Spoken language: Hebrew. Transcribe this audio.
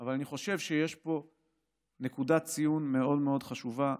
אבל אני חושב שיש פה נקודת ציון מאוד מאוד חשובה,